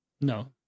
No